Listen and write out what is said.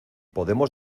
podemos